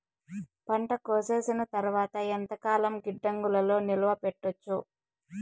పంట కోసేసిన తర్వాత ఎంతకాలం గిడ్డంగులలో నిలువ పెట్టొచ్చు?